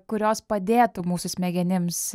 kurios padėtų mūsų smegenims